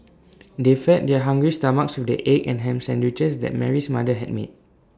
they fed their hungry stomachs with the egg and Ham Sandwiches that Mary's mother had made